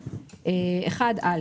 (1א)